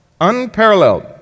unparalleled